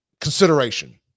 consideration